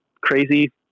crazy